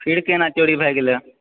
फिर केना चोरी भए गेलै